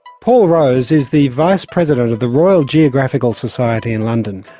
paul rose is the vice president of the royal geographical society in london.